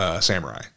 Samurai